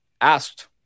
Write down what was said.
asked